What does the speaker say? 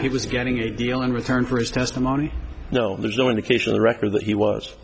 he was getting a deal in return for his testimony no there's no indication the record that he was